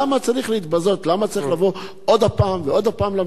למה צריך לבוא עוד הפעם ועוד הפעם למליאה ולדון בנושא שכזה?